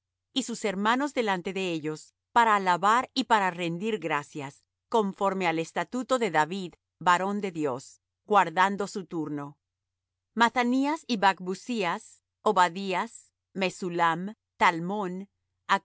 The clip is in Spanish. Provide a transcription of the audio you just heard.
y sus hermanos delante de ellos para alabar y para rendir gracias conforme al estatuto de david varón de dios guardando su turno mathanías y bacbucías obadías mesullam talmón